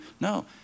No